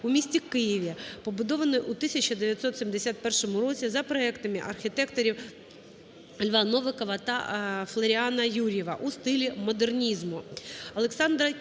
у місті Києві, побудованої у 1971 році за проектом архітекторів Льва Новикова та Флоріана Юр'єва у стилі модернізму.